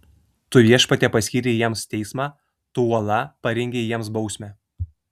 tu viešpatie paskyrei jiems teismą tu uola parengei jiems bausmę